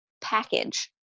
package